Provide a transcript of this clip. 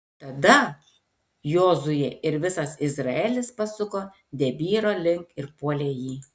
tada jozuė ir visas izraelis pasuko debyro link ir puolė jį